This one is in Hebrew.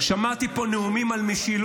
שמעתי פה מכל השרים נאומים על משילות,